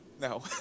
No